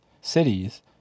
cities